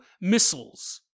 missiles